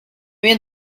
bien